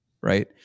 right